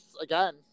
again